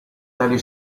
tali